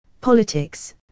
politics